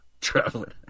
traveling